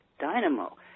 dynamo